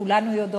כולנו יודעות,